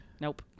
Nope